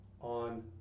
on